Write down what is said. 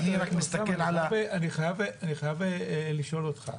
אני רק מסתכל על --- אני חייב לשאול אותך.